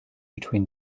between